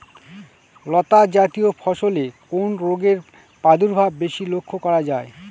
লতাজাতীয় ফসলে কোন রোগের প্রাদুর্ভাব বেশি লক্ষ্য করা যায়?